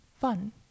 fun